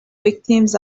victims